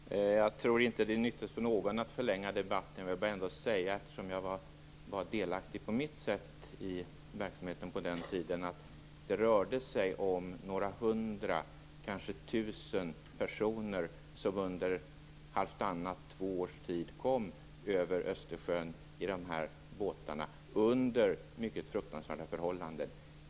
Fru talman! Jag tror inte att det är nyttigt för någon att förlänga debatten, men eftersom jag på mitt sätt var delaktig i verksamheten på den tiden vill jag ändå påpeka att det rörde sig om några hundra, kanske tusen personer, som under halvtannat eller två års tid kom över Östersjön i de här båtarna under mycket fruktansvärda förhållanden.